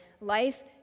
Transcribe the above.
life